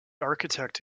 architect